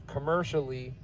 commercially